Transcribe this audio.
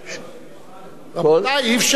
רבותי, אי-אפשר.